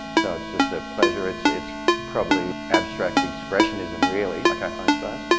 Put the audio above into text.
so it's just a pleasure it's it's probably abstract expressionism really okay. i suppose.